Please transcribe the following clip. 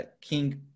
King